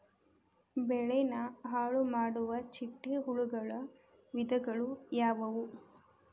ಬೆಳೆನ ಹಾಳುಮಾಡುವ ಚಿಟ್ಟೆ ಹುಳುಗಳ ವಿಧಗಳು ಯಾವವು?